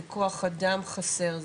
זה כוח אדם חסר?